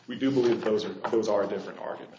we do believe those are those are different argument